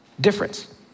difference